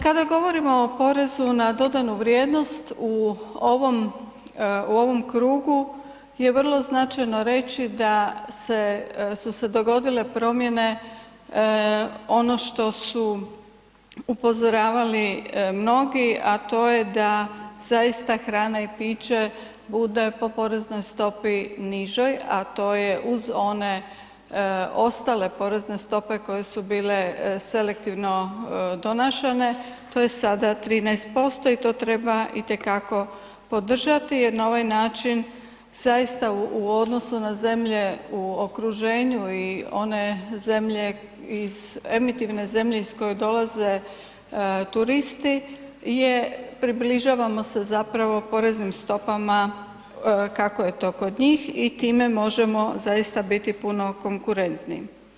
Kada govorimo o porezu na dodanu vrijednost, u ovom, u ovom krugu je vrlo značajno reći da se, su se dogodile promijene, ono što su upozoravali mnogi, a to je da zaista hrana i piće bude po poreznoj stopi nižoj, a to je uz one ostale porezne stope koje su bile selektivno donešene, to je sada 13% i to treba itekako podržati jer na ovaj način zaista u odnosu na zemlje u okruženju i one zemlje iz, emitivne zemlje iz koje dolaze turisti, je približavamo se zapravo poreznim stopama kako je to kod njih i time možemo zaista biti puno konkurentniji.